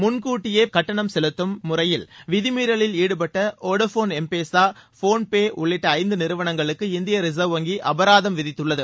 முன்கூட்டியே கட்டணம் செலுத்தும் முறையில் விதிமீறவில் ஈடுபட்ட வோடஃபோன் எம்பேசா போன்பே உள்ளிட்ட ஐந்து நிறுவனங்களுக்கு இந்திய ரிச்வ் வங்தி அபராதம் விதித்துள்ளது